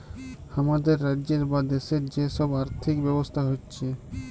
হামাদের রাজ্যের বা দ্যাশের যে সব আর্থিক ব্যবস্থা হচ্যে